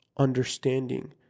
Understanding